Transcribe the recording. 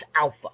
alpha